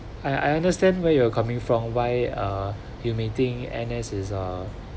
I I understand where you're coming from why uh you may think N_S is a